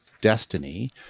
destiny